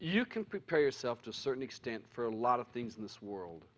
you can prepare yourself to a certain extent for a lot of things in this world